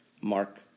Mark